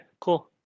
cool